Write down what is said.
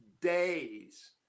days